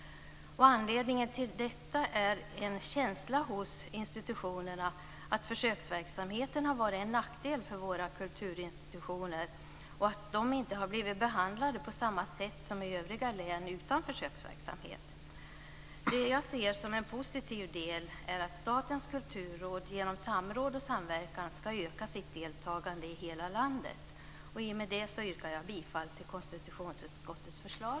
Anledningen till detta är en känsla hos institutionerna att försöksverksamheten har varit en nackdel för våra kulturinstitutioner och att de inte har blivit behandlade på samma sätt som man blivit i övriga län utan försöksverksamhet. Jag ser det som en positiv del att Statens kulturråd genom samråd och samverkan ska öka sitt deltagande i hela landet. I och med detta yrkar jag bifall till konstitutionsutskottets förslag.